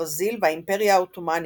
ברזיל והאימפריה העות'מאנית,